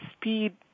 speed